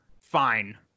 fine